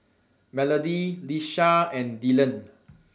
Melody Lisha and Dylan